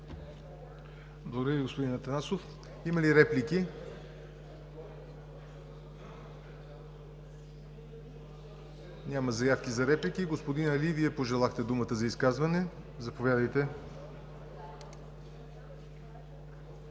Благодаря Ви, господин Атанасов. Има ли реплики? Няма. Господин Али, Вие пожелахте думата за изказване –заповядайте.